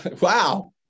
wow